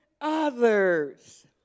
others